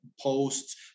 posts